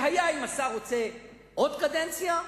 והיה והשר רוצה עוד קדנציה,